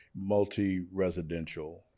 multi-residential